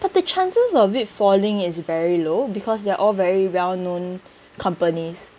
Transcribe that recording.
but the chances of it falling is very low because they're all very well known companies